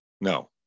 no